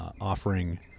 offering